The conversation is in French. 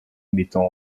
mettant